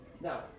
Now